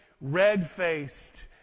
red-faced